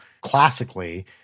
classically